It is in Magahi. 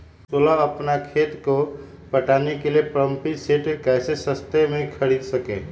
सोलह अपना खेत को पटाने के लिए पम्पिंग सेट कैसे सस्ता मे खरीद सके?